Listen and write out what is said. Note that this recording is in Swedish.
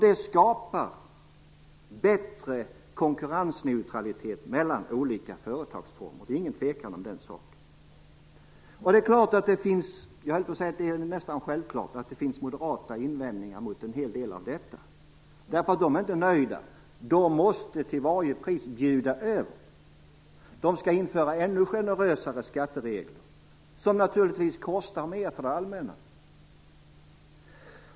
Det skapar bättre konkurrensneutralitet mellan olika företagsformer - det är inget tvivel om den saken. Det är nästan självklart att det finns moderata invändningar mot en hel del av detta. Moderaterna är inte nöjda - de måste till varje pris bjuda över. De skall införa ännu generösare skatteregler, som naturligtvis kostar mer för det allmänna.